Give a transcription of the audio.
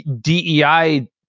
DEI